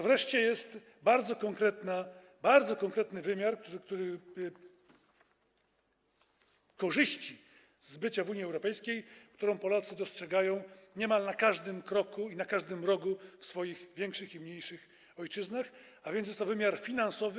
Wreszcie jest bardzo konkretny wymiar, który daje korzyści z bycia w Unii Europejskiej, które Polacy dostrzegają niemal na każdym kroku i na każdym rogu w swoich większych i mniejszych ojczyznach, a więc jest to wymiar finansowy.